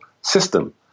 system